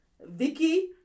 Vicky